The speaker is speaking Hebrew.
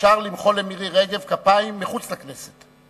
אפשר למחוא למירי רגב כפיים מחוץ לכנסת.